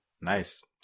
nice